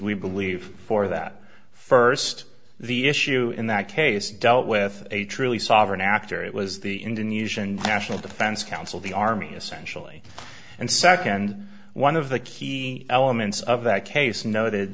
we believe for that first the issue in that case dealt with a truly sovereign actor it was the indonesian national defense counsel the army essentially and second one of the key elements of that case noted